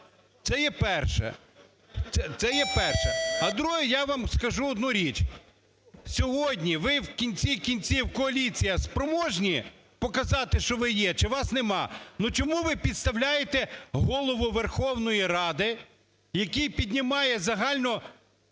Це є перше. А друге, я вам скажу одну річ, сьогодні ви в кінці кінців – коаліція – спроможна показати, що ви є, чи вас немає? Чому ви підставляєте Голову Верховної Ради, який піднімає загально